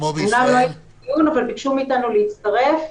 ביקשנו מאיתנו להצטרף.